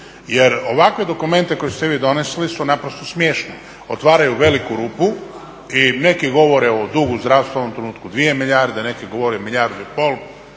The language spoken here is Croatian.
Jer ovakve dokumente koje ste vi donijeli su naprosto smiješni. Otvaraju veliku rupu i neki govore o dugu zdravstva u ovom trenutku 2 milijarde, neki govore milijardu i pol.